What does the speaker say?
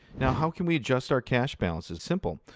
now, how can we adjust our cash balances? simple.